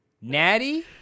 natty